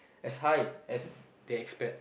as high as they expect